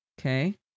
Okay